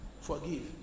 forgive